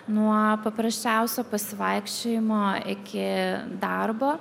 nuo paprasčiausio pasivaikščiojimo iki darbo